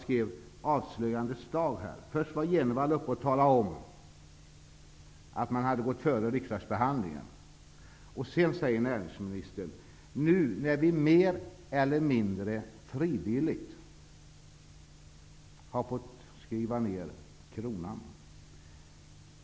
Först var nämligen Bo G Jenevall uppe i talarstolen och talade om att man hade gått före riksdagsbehandlingen, och sedan sade näringsministern: Nu när vi mer eller mindre frivilligt har fått skriva ner kronan...